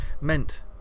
meant